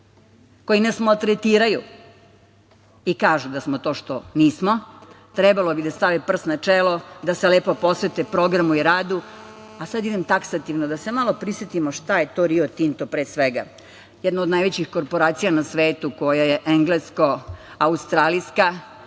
koji nas maltretiraju i kažu da smo to što nismo, trebalo bi da stave prst na čelo, da se lepo posvete programu i radu.A sad idem taksativno, da se malo prisetimo šta je to "Rio Tinto" pre svega. Jedno od najvećih korporacija na svetu, koja je englesko-australijska